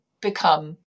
become